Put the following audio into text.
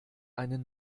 einen